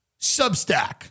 Substack